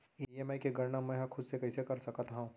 EMI के गड़ना मैं हा खुद से कइसे कर सकत हव?